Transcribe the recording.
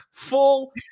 full